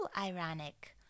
ironic